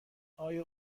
آیا